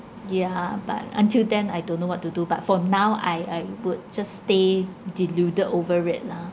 yeah but until then I don't know what to do but for now I I would just stay deluded over it lah